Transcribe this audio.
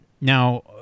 now